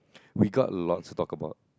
we got lots to talk about